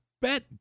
Bet